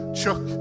chuck